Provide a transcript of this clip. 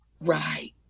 Right